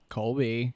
Colby